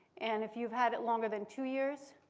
and if you've had it longer than two years?